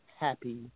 happy